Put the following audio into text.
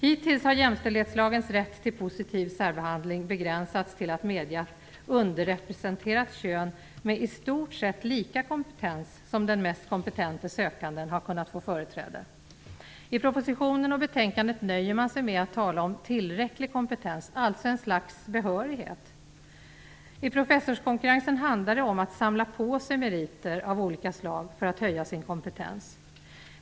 Hittills har jämställdhetslagens rätt till positiv särbehandling begränsats till att medge att sökande av underrepresenterat kön med i stort sett lika kompetens som den mest kompetente sökanden har kunnat få företräde. I propositionen och betänkandet nöjer man sig med att tala om tillräcklig kompetens, alltså ett slags behörighet. I professorskonkurrensen handlar det om att samla på sig meriter av olika slag för att höja sin kompetens.